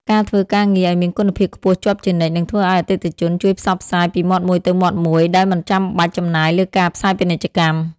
ការធ្វើការងារឱ្យមានគុណភាពខ្ពស់ជាប់ជានិច្ច នឹងធ្វើឱ្យអតិថិជនជួយផ្សព្វផ្សាយពីមាត់មួយទៅមាត់មួយដោយមិនបាច់ចំណាយលើការផ្សាយពាណិជ្ជកម្ម។